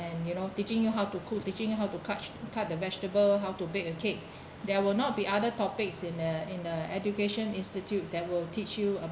and you know teaching you how to cook teaching how to cut cut the vegetable how to bake a cake there will not be other topics in uh in a education institute that will teach you